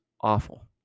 awful